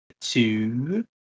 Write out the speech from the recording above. two